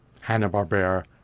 Hanna-Barbera